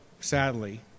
sadly